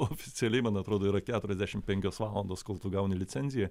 oficialiai man atrodo yra keturiasdešim penkios valandos kol tu gauni licenziją